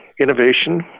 innovation